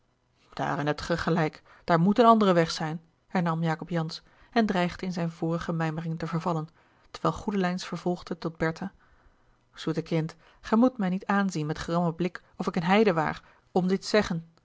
daarin hebt ge gelijk daar moet een andere weg zijn hernam jacob jansz en dreigde in zijne vorige mijmeringen te vervallen terwijl goedelijns vervolgde tot bertha zoete kind gij moet mij niet aanzien met grammen blik of ik een heiden waar om dit te zeggen